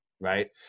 Right